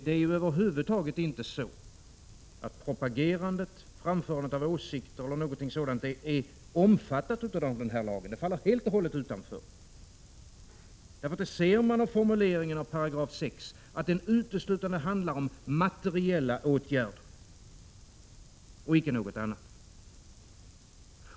Det är över huvud taget inte så att propagerandet, framförandet av åsikter eller någonting sådant omfattas av lagen. Det faller helt och hållet utanför. Av formuleringen i 6 § ser man att den uteslutande handlar om materiella åtgärder, icke någonting annat.